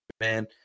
man